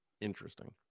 interesting